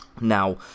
Now